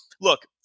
look